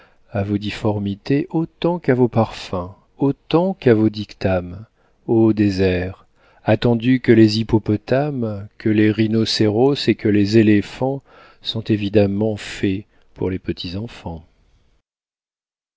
à vos difformités autant qu'à vos parfums autant qu'à vos dictames ô déserts attendu que les hippopotames que les rhinocéros et que les éléphants sont évidemment faits pour les petits enfants